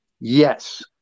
Yes